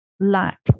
lack